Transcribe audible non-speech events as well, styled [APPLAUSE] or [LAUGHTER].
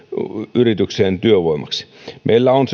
yritykseen työvoimaksi meillä on [UNINTELLIGIBLE]